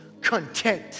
content